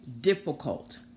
difficult